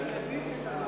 התשע"ג 2013,